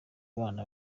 bana